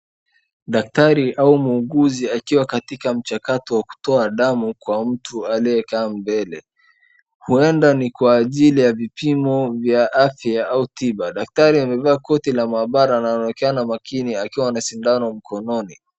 Daktari au muuguzi akiwa katika mchakato wa kutoa damu kwa mtu aliyekaa mbele. Huenda ni kwa ajili ya vipimo vya afya au tiba. Daktari amevaa koti la maabara na anaonekana makini akiwa na sindano mkononi.